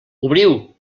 obriu